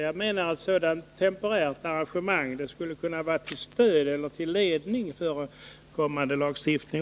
Jag menar att ett sådant temporärt arrangemang också skulle kunna vara till ledning för en kommande lagstiftning.